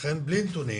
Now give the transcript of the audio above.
לכן בלי הנתונים